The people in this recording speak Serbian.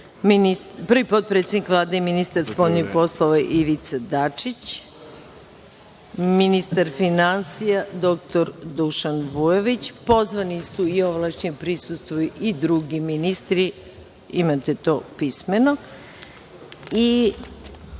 prvi potpredsednik Vlade i ministar spoljnih poslova Ivica Dačić, ministar finansija dr Dušan Vujović. Pozvani su i ovlašćeni i drugi ministri, imate to pismeno,